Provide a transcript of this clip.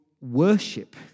worship